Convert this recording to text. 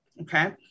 Okay